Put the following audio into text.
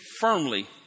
firmly